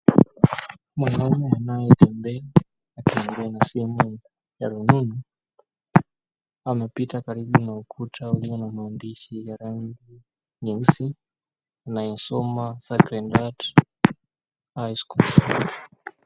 Mwanaume anayetembea akiongea na simu ya rununu anapita karibu na ukuta uliona maandishi ya rangi nyeusi inayosoma Sacred Heart High School.